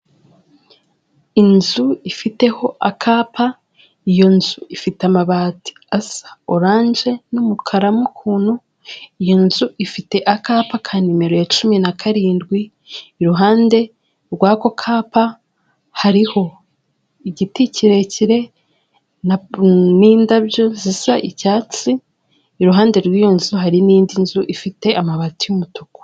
Inzu ifiteho akapa, iyo nzu ifite amabati asa orange n'umukara mo ukuntu, iyo nzu ifite akapa ka nimero ya cumi na karindwi, iruhande rwa ko kapa hariho igiti kirekire n'indabyo zisa icyatsi, iruhande rwiyo nzu hari n'indi nzu ifite amabati y'umutuku.